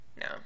No